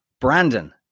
Brandon